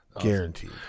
Guaranteed